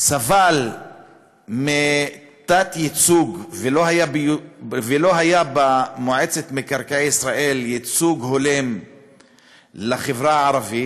סבלה מתת-ייצוג ולא היה במועצת מקרקעי ישראל ייצוג הולם לחברה הערבית.